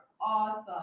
author